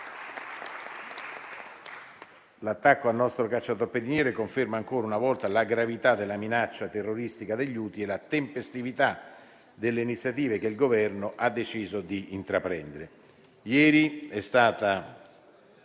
L'attacco al nostro cacciatorpediniere conferma ancora una volta la gravità della minaccia terroristica degli Houthi e la tempestività delle iniziative che il Governo ha deciso di intraprendere.